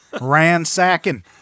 ransacking